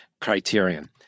criterion